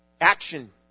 Action